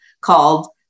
called